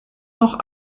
noch